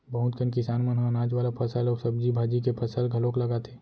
बहुत कन किसान मन ह अनाज वाला फसल अउ सब्जी भाजी के फसल घलोक लगाथे